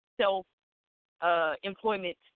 self-employment